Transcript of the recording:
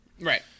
Right